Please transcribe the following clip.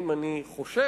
אם אני חושש